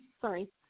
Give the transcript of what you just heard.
sorry